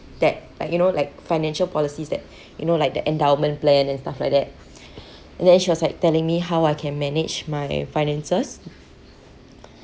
that like you know like financial policies that you know like the endowment plan and stuff like that and then she was like telling me how I can manage my finances